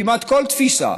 כמעט כל תפיסה,